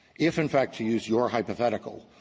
if, in fact, to use your hypothetical,